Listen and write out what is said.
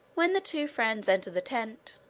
when the two friends entered the tent,